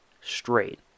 straight